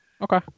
Okay